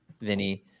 Vinny